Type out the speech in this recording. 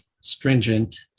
stringent